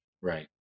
Right